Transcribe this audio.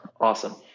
Awesome